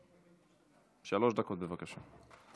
שלוש דקות, בבקשה.